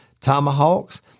tomahawks